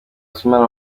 ismaïl